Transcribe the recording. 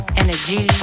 energy